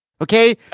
Okay